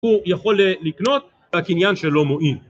הוא יכול לקנות בקנין שלא מועיל.